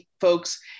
folks